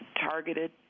targeted